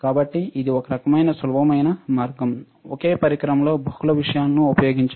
కాబట్టి ఇది ఒక రకమైన సులభమైన మార్గం ఒకే పరికరంలో బహుళ విషయాలను ఉపయోగించడం